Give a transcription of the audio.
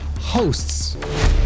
hosts